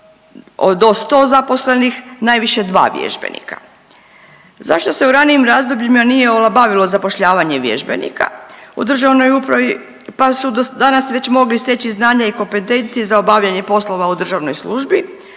do 100 zaposlenih najviše 2 vježbenika. Zašto se u ranijim razdobljima nije olabavilo zapošljavanje vježbenika u državnoj upravi pa su do danas već mogli steći znanja i kompetencije za obavljanje poslova u državnoj službi.